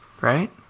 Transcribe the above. Right